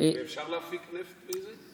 ואפשר להפיק נפט מזה?